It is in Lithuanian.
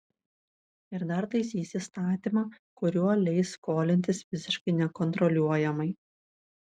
ir dar taisys įstatymą kuriuo leis skolintis visiškai nekontroliuojamai